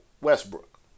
Westbrook